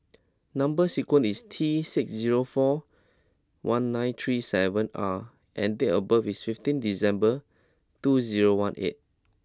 number sequence is T six zero four one nine three seven R and date of birth is fifteen December two zero one eight